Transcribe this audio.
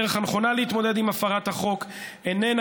הדרך הנכונה להתמודד עם הפרת החוק איננה,